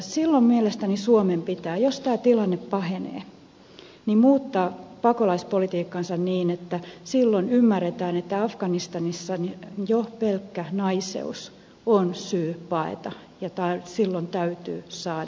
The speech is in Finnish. silloin mielestäni suomen pitää jos tämä tilanne pahenee muuttaa pakolaispolitiikkaansa niin että silloin ymmärretään että afganistanissa jo pelkkä naiseus on syy paeta ja silloin täytyy saada suojaa